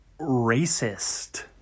racist